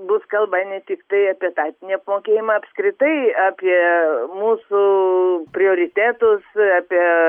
bus kalba ne tiktai apie etatinį apmokėjimą apskritai apie mūsų prioritetus apie